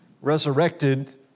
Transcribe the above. resurrected